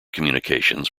communications